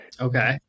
okay